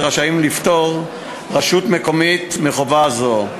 רשאים לפטור רשות מקומית מחובה זו.